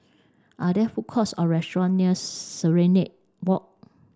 are there food courts or restaurants near Serenade Walk